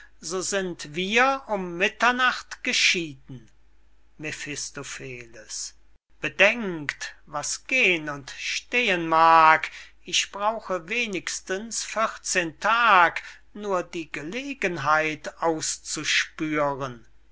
so sind wir um mitternacht geschieden mephistopheles bedenkt was gehn und stehen mag ich brauche wenigstens vierzehn tag nur die gelegenheit auszuspüren